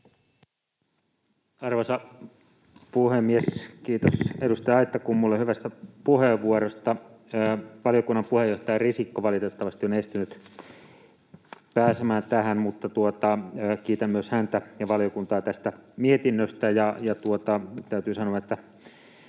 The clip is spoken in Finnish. Arvoisa puhemies! Kiitos edustaja Aittakummulle hyvästä puheenvuorosta. Valiokunnan puheenjohtaja Risikko on valitettavasti estynyt pääsemään tähän, mutta kiitän myös häntä ja valiokuntaa tästä mietinnöstä.